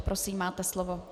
Prosím, máte slovo.